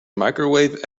microwave